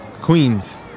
Queens